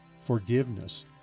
forgiveness